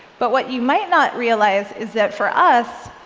but what you might not realize is that for us,